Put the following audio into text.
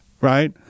Right